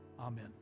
amen